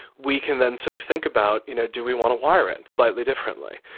we can then sort of think about, you know, do we want to wire it slightly differently.